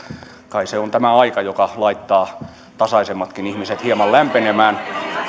kai se on tämä aika joka laittaa tasaisemmatkin ihmiset hieman lämpenemään